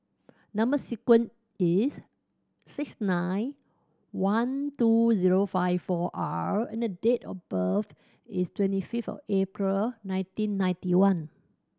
number sequence is six nine one two zero five four R and date of birth is twenty fifth of April nineteen ninety one